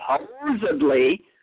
supposedly